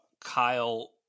Kyle